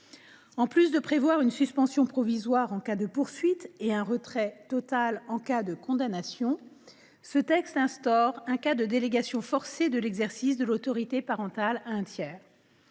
ce texte prévoit une suspension provisoire en cas de poursuite et un retrait total en cas de condamnation, mais il instaure un cas de délégation forcée de l’exercice de l’autorité parentale à un tiers.